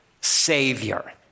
Savior